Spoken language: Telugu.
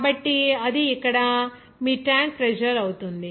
కాబట్టి అది ఇక్కడ మీ ట్యాంక్ ప్రెజర్ అవుతుంది